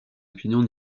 opinion